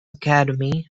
academy